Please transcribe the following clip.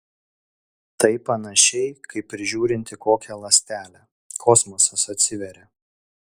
tai panašiai kaip ir žiūrint į kokią ląstelę kosmosas atsiveria